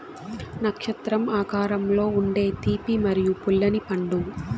నక్షత్రం ఆకారంలో ఉండే తీపి మరియు పుల్లని పండు